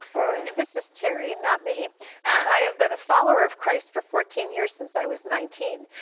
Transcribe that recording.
this is terry, not me. i have been a follower of christ for fourteen years since i was nineteen.